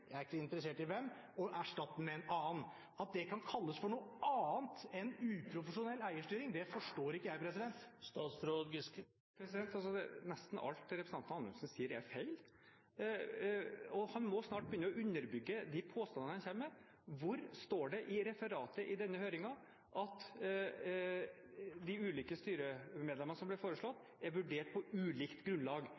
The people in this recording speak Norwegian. jeg er ikke interessert i hvem, og erstatt vedkommende med en annen. At det kan kalles for noe annet enn uprofesjonell eierstyring, forstår ikke jeg! Nesten alt det representanten Anundsen sier, er feil. Han må snart begynne å underbygge de påstandene han kommer med. Hvor står det i referatet fra denne høringen at de ulike styremedlemmene som ble foreslått